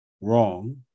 wrong